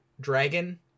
dragon